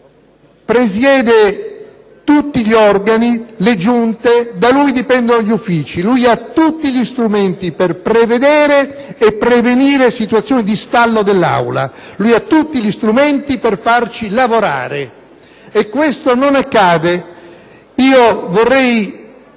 dell'Assemblea, presiede tutti gli organi, le Giunte, e da lui dipendono gli uffici. Egli ha tutti gli strumenti per prevedere e prevenire situazioni di stallo dell'Aula; ha tutti gli strumenti per farci lavorare, e questo non accade. Io vorrei